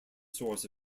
source